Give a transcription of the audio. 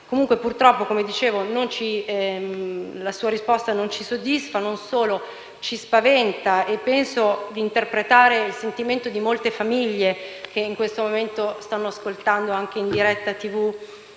Comunque purtroppo, come dicevo, la sua risposta non solo non ci soddisfa, ma ci spaventa; penso d'interpretare il sentimento di molte famiglie italiane, che in questo momento stanno ascoltando anche in diretta